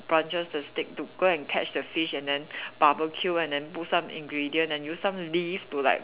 branches the stick to go and catch the fish and then barbecue and then put some ingredient and use some leaf to like